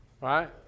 right